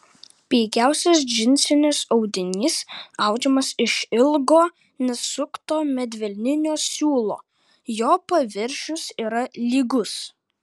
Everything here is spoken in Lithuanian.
pigiausias džinsinis audinys audžiamas iš ilgo nesukto medvilninio siūlo jo paviršius yra lygus